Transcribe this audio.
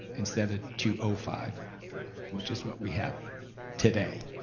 instead of two five which is what we have today.